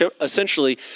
essentially